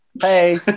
Hey